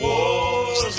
Wars